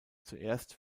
zuerst